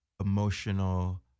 emotional